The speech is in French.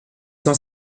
cent